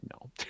no